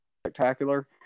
spectacular